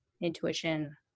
intuition